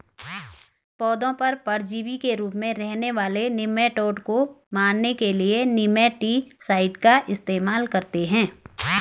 पौधों पर परजीवी के रूप में रहने वाले निमैटोड को मारने के लिए निमैटीसाइड का इस्तेमाल करते हैं